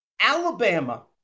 Alabama